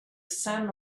same